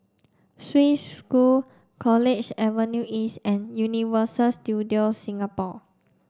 Swiss School College Avenue East and Universal Studios Singapore